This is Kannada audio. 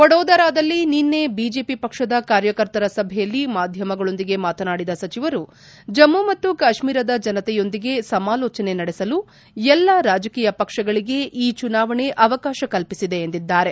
ವಡೋದರದಲ್ಲಿ ನಿನ್ನೆ ಬಿಜೆಖಿ ಪಕ್ಷದ ಕಾರ್ಯಕರ್ತರ ಸಭೆಯಲ್ಲಿ ಮಾಧ್ಯಮಗಳೊಂದಿಗೆ ಮಾತನಾಡಿದ ಸಚಿವರು ಜಮ್ಮು ಮತ್ತು ಕಾಶ್ಮೀರದ ಜನತೆಯೊಂದಿಗೆ ಸಮಾಲೋಚನೆ ನಡೆಸಲು ಎಲ್ಲಾ ರಾಜಕೀಯ ಪಕ್ಷಗಳಿಗೆ ಈ ಚುನಾವಣೆ ಅವಕಾಶ ಕಲ್ಪಿಸಿದೆ ಎಂದಿದ್ದಾರೆ